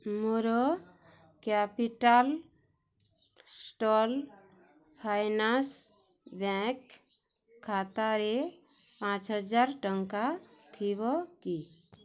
ମୋର capital small finance bank ଖାତାରେ ପାଞ୍ଚହଜାର ଟଙ୍କା ଥିବ କି